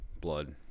blood